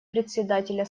председателя